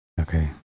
Okay